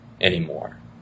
anymore